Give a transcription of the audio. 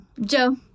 Joe